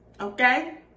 okay